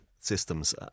systems